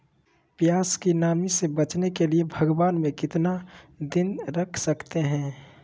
प्यास की नामी से बचने के लिए भगवान में कितना दिन रख सकते हैं?